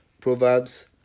Proverbs